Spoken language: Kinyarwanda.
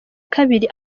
kabiri